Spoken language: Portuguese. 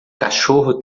cachorro